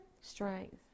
strength